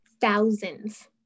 thousands